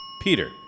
Peter